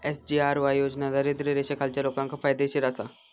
SGRY योजना दारिद्र्य रेषेखालच्या लोकांका फायदेशीर आसा